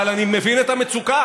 אבל אני מבין את המצוקה.